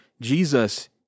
Jesus